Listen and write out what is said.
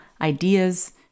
ideas